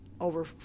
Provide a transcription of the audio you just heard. over